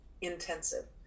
intensive